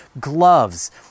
gloves